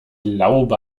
laube